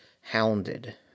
hounded